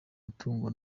mutungo